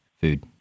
food